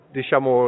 diciamo